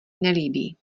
nelíbí